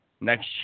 next